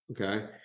Okay